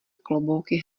klobouky